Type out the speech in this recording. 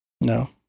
No